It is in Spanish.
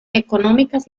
económicas